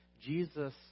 Jesus